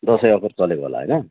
Dashain offer चलेको होला होइन